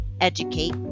educate